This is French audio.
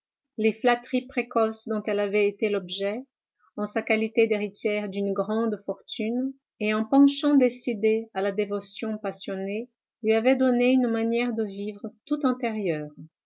les flatteries précoces dont elle avait été l'objet en sa qualité d'héritière d'une grande fortune et un penchant décidé à la dévotion passionnée lui avaient donné une manière de vivre tout intérieure